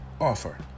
offer